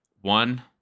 one